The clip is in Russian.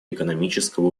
экономического